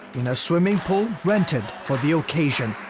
in a swimming pool rented for the occasion.